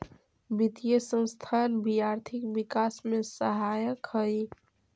वित्तीय संस्थान भी आर्थिक विकास में सहायक हई